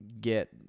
get